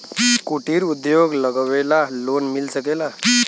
कुटिर उद्योग लगवेला लोन मिल सकेला?